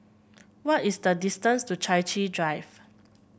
what is the distance to Chai Chee Drive